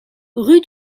rue